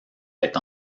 est